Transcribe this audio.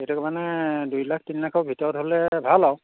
সেইটো কাৰণে দুই লাখ তিনি লাখৰ ভিতৰত হ'লে ভাল আৰু